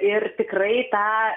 ir tikrai tą